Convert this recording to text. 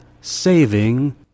saving